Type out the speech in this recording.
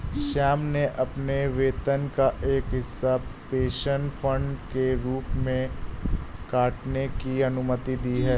श्याम ने अपने वेतन का एक हिस्सा पेंशन फंड के रूप में काटने की अनुमति दी है